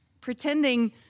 Pretending